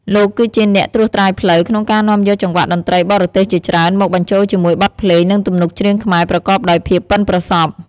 លោកគឺជាអ្នកត្រួសត្រាយផ្លូវ ក្នុងការនាំយកចង្វាក់តន្ត្រីបរទេសជាច្រើន មកបញ្ចូលជាមួយបទភ្លេង និងទំនុកច្រៀងខ្មែរ ប្រកបដោយភាពប៉ិនប្រសប់ ។